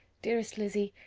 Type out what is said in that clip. dearest lizzy,